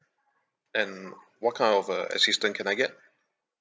and what kind of uh assistance can I get